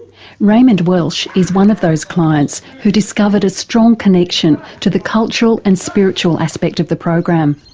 raymond welch is one of those clients who discovered a strong connection to the cultural and spiritual aspect of the program.